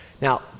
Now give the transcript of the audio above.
Now